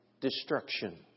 destruction